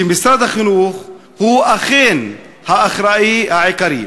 שמשרד החינוך הוא אכן האחראי העיקרי.